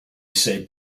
said